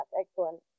excellent